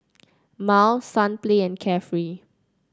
Miles Sunplay and Carefree